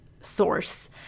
source